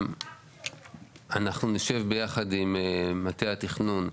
אנחנו נשב ביחד עם מטה התכנון,